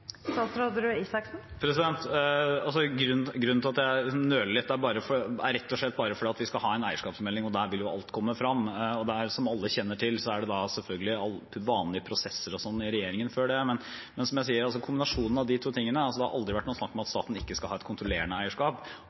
At jeg nøler litt, er rett og slett bare fordi vi skal ha en eierskapsmelding, og der vil jo alt komme frem. Som alle kjenner til, er det selvfølgelig de vanlige prosessene i regjeringen før det. Men, som jeg sier, kombinasjonen av de to tingene, at det aldri har vært snakk om at staten skal ha et kontrollerende eierskap,